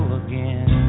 again